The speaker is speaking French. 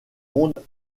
monde